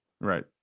Right